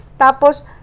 tapos